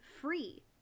free